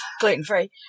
Gluten-free